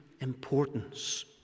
importance